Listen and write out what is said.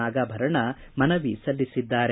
ನಾಗಾಭರಣ ಮನವಿ ಸಲ್ಲಿಸಿದ್ದಾರೆ